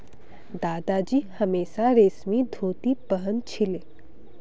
दादाजी हमेशा रेशमी धोती पह न छिले